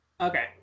Okay